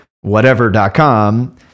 whatever.com